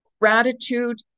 gratitude